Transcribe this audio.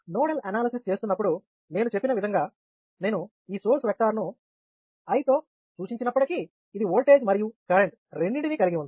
nodal analysis చేస్తున్నప్పుడు నేను చెప్పిన విధంగా నేను ఈ సోర్స్ వెక్టార్ ను I తో సూచించినప్పటికీ ఇది ఓల్టేజ్ మరియు కరెంట్ రెండింటిని కలిగి ఉంది